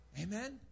Amen